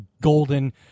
golden